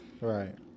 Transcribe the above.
Right